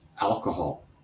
alcohol